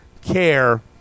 care